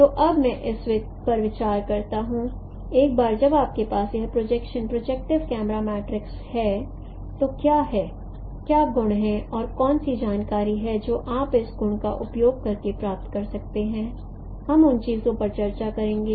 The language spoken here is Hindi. तो अब मैं इस पर विचार करता हूं एक बार जब आपके पास यह प्रोजेक्शन प्रोजेक्टिव कैमरा मैट्रिक्स है तो क्या हैं क्या गुण हैं और कौन सी जानकारी है जो आप इस गुण का उपयोग करके प्राप्त कर सकते हैं हम उन चीजों पर चर्चा करेंगे